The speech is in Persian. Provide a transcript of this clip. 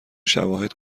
شواهد